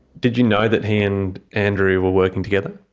did you know that he and andrew were working together?